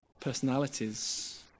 personalities